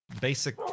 basic